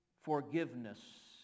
forgiveness